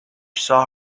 saw